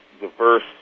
diverse